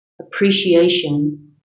appreciation